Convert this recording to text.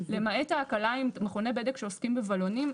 למעט ההקלה עם מכוני בדק שעוסקים בבלונים,